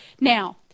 Now